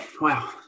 Wow